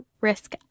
risk